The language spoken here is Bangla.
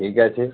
ঠিক আছে